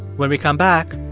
when we come back,